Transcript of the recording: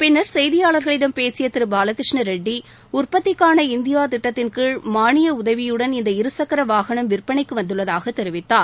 பின்னர் செய்தியாளர்களிடம் பேசிய திரு பாலகிருஷ்ணா ரெட்டி உற்பத்திக்கான இந்தியா திட்டத்தின்கீழ் மானிய உதவியுடன் இந்த இரு சக்கர வாகனம் விற்பனைக்கு வந்துள்ளதாக தெரிவித்தார்